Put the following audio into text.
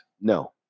No